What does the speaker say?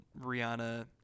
Rihanna